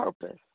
purpose